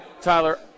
Tyler